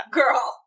girl